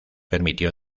permitió